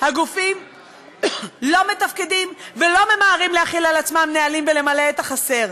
הגופים לא מתפקדים ולא ממהרים להחיל על עצמם נהלים ולמלא את החסר.